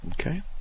Okay